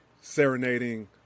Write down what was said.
serenading